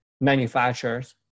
manufacturers